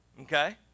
Okay